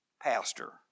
pastor